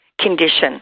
condition